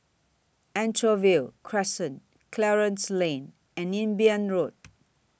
Anchorvale Crescent Clarence Lane and Imbiah Road